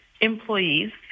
employees